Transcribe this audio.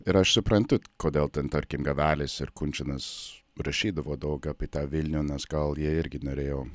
ir aš suprantu kodėl ten tarkim gavelis ir kunčinas rašydavo daug apie tą vilnių nors gal jie irgi norėjo